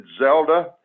Zelda